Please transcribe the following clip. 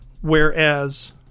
Whereas